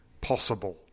possible